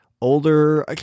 older